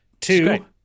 Two